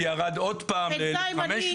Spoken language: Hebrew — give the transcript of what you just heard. וירד עוד פעם ל-1,500.